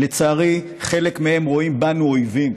לצערי, חלק מהם רואים בנו אויבים,